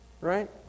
Right